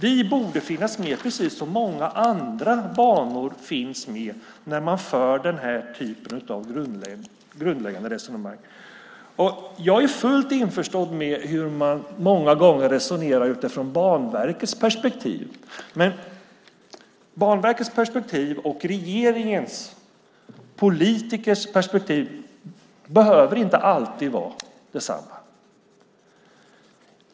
De borde finnas med, precis som många andra banor finns med, när man för den här typen av grundläggande resonemang. Jag är fullt införstådd med hur man många gånger resonerar utifrån Banverkets perspektiv, men Banverkets perspektiv och politikers perspektiv behöver inte alltid vara detsamma.